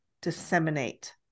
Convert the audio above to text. disseminate